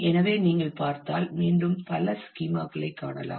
எனவே நீங்கள் பார்த்தால் மீண்டும் பல ஸ்கீமா களைக் காணலாம்